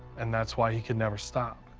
and that's why he could never stop.